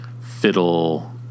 fiddle